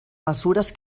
mesures